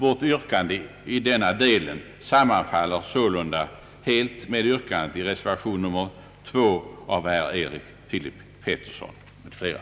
Vårt yrkande i denna del sammanfaller sålunda helt med yrkandet i reservation nr 2 av herr Erik Filip Petersson m.fl.